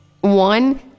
One